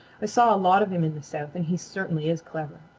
i saw a lot of him in the south and he certainly is clever.